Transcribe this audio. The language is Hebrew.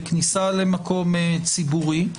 בכניסה למקום ציבורי.